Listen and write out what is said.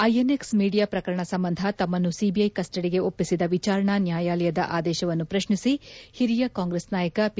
ಐಎನ್ಎಕ್ಪ್ media ಪ್ರಕರಣ ಸಂಬಂಧ ತಮ್ಮನ್ನು ಸಿಬಿಐ ಕಸ್ನಡಿಗೆ ಒಪ್ಪಿಸಿದ ವಿಚಾರಣಾ ನ್ನಾಯಾಲಯದ ಆದೇಶವನ್ನು ಪ್ರಶ್ವಿಸಿ ಹಿರಿಯ ಕಾಂಗ್ರೆಸ್ ನಾಯಕ ಪಿ